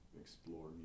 explore